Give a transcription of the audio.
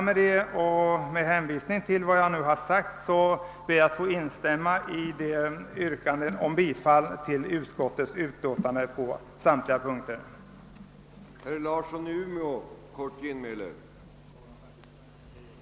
Med hänvisning till vad jag anfört ber jag att få instämma i de yrkanden om bifall till utskottets hemställan på samtliga punkter som tidigare har framställts.